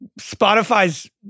Spotify's